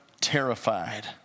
terrified